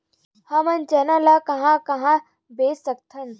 हमन चना ल कहां कहा बेच सकथन?